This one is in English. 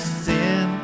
sin